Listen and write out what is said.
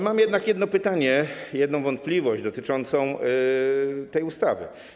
Mam jednak jedno pytanie, jedną wątpliwość dotyczącą tej ustawy.